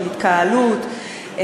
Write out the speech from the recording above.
של התקהלות,